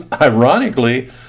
ironically